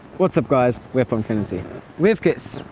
what's up guys we are pongfinity we have kids.